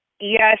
yes